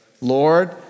Lord